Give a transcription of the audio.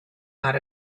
out